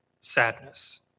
sadness